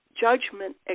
judgment